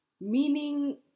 Meaning